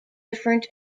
different